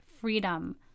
freedom